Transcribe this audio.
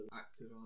active